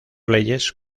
leyes